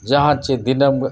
ᱡᱟᱦᱟᱸ ᱪᱮ ᱫᱤᱱᱟᱹᱢ